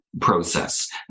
process